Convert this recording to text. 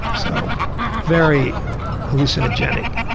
so very hallucinogenic.